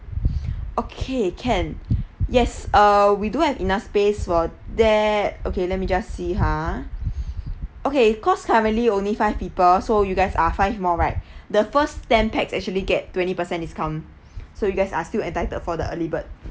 okay can yes uh we do have enough space for that okay let me just see ha okay cause currently only five people so you guys are five more right the first ten pax actually get twenty percent discount so you guys are still entitled for the early bird